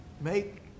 make